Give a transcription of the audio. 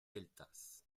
gueltas